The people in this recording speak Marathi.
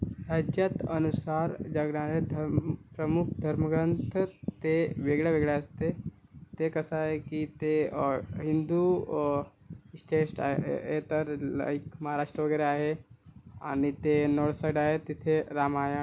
राज्यात अनुसार जगणारे धम प्रमुख धर्मग्रंथ ते वेगळ्या वेगळ्या असते ते कसं आहे की ते हिंदू श्टेश्ट आहे हे हे तर लई महाराष्ट्र वगैरे आहे आणि ते नॉर्थसाईड आहे तिथे रामायण